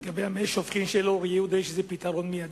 לגבי מי השופכין של אור-יהודה יש איזה פתרון מיידי?